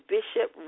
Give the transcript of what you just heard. Bishop